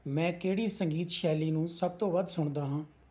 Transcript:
ਮੈਂ ਕਿਹੜੀ ਸੰਗੀਤ ਸ਼ੈਲੀ ਨੂੰ ਸਭ ਤੋਂ ਵੱਧ ਸੁਣਦਾ ਹਾਂ